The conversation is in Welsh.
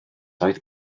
oedd